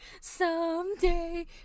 Someday